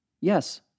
Yes